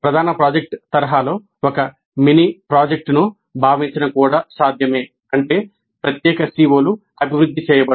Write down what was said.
ప్రధాన ప్రాజెక్ట్ యొక్క తరహాలో ఒక మినీ ప్రాజెక్ట్ను భావించటం కూడా సాధ్యమే అంటే ప్రత్యేక CO లు అభివృద్ధి చేయబడవు